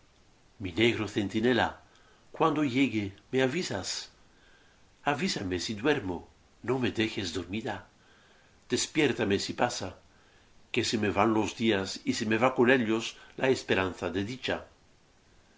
mi negro centinela cuando llegue me avisas avísame si duermo no me dejes dormida despiértame si pasa que se me van los días y se me va con ellos la esperanza de dicha